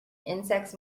insects